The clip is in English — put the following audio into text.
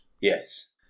Yes